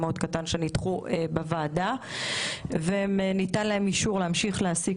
חלק מאוד קטן שנדחו בוועדה וניתן להם אישור להמשיך להעסיק